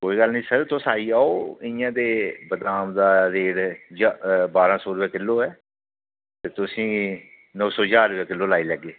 कोई गल्ल नी सर तुस आई जाओ इयां ते बदाम दा रेट बारां सौ रपेआ किलो ऐ ते तुसेंगी नौ सौ ज्हार रपेआ किलो लाई लैगे